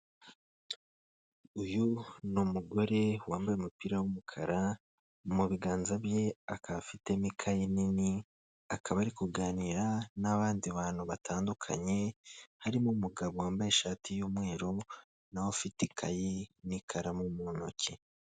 Uyu ni umugore wambaye umupira w'umukara, mu biganza bye akaba afitemo ikayi nini, akaba ari kuganira n'abandi bantu batandukanye, harimo umugabo wambaye ishati y'umweru, na we afite ikayi n'ikaramu mu ntoki.